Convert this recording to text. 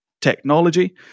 technology